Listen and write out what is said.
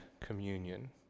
communion